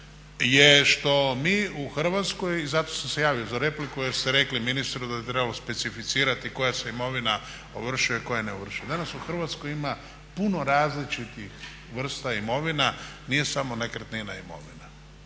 je što mi u Hrvatskoj, i zato sam se javio za repliku jer ste rekli ministru da bi trebalo specificirati koja se imovina ovršuje, a koja ne ovršuje. Danas u Hrvatskoj ima puno različitih vrsta imovina, nije samo nekretnina imovina.